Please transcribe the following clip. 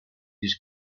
his